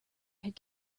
had